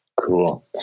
Cool